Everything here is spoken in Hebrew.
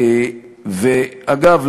ואגב,